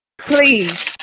please